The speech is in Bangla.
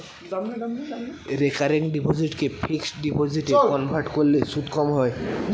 রেকারিং ডিপোসিটকে ফিক্সড ডিপোজিটে কনভার্ট করলে সুদ কম হয়